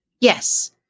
Yes